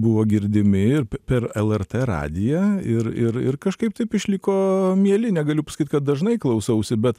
buvo girdimi ir pe per lrt radiją ir ir ir kažkaip taip išliko mieli negaliu pasakyt kad dažnai klausausi bet